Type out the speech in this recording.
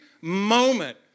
moment